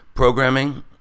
programming